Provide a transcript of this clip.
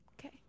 Okay